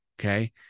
okay